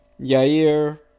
Yair